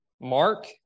mark